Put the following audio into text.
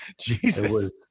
Jesus